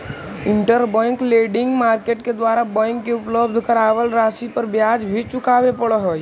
interbank lending market के द्वारा bank के उपलब्ध करावल राशि पर ब्याज भी चुकावे पड़ऽ हइ